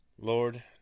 lord